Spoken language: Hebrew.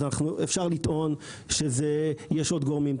אז אפשר לטעון שיש עוד גורמים.